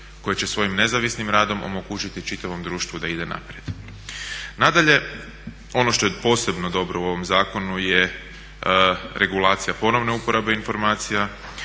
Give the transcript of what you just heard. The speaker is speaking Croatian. koje će svojim nezavisnim radom omogućiti čitavom društvu da ide naprijed. Nadalje, ono što je posebno dobro u ovom zakonu je regulacija ponovne uporabe informacija,